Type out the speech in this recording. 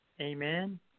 Amen